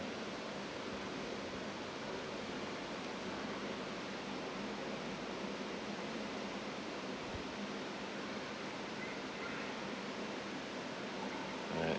alright